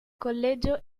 collegio